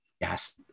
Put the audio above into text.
yes